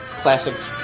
Classics